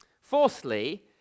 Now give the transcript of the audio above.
Fourthly